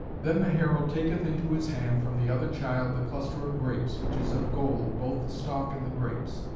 then the herald taketh into his hand from the other child the cluster of grapes, which is of gold, both the stalk and the grapes.